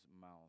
mouth